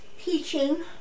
teaching